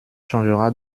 changera